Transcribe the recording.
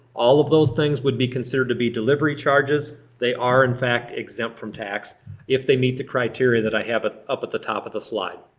all of those things would be considered to be delivery charges. they are in fact exempt from tax if they meet the criteria that i have ah up the top of the slide.